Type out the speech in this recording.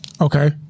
Okay